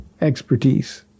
expertise